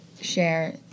share